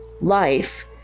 life